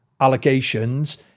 allegations